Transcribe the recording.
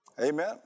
Amen